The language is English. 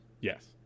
Yes